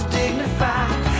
dignified